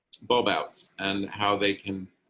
boats and how they can